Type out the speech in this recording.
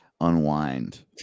unwind